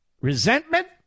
Resentment